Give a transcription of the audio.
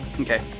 Okay